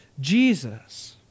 Jesus